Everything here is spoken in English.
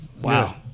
wow